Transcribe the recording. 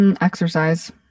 Exercise